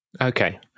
Okay